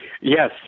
yes